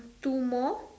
two more